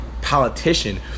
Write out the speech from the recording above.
politician